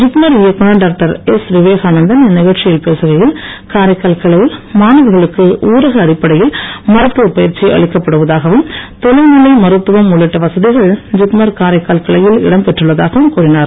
ஜிப்மர் இயக்குநர் doctor S Vivekanandan இந்நிகழ்ச்சியில் பேசுகையில் காரைக்கால் கிளையில் மாணவர்களுக்கு அளிக்கப்படுவதாகவும் தொலைநிலை மருத்துவம் உள்ளிட்ட வசதிகள் ஜிப்மர் காரைக்கால் கிளையில் இடம் பெற்றுள்ளதாகவும் கூறினார்